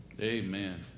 Amen